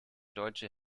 deutsche